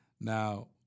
Now